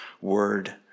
word